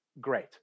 great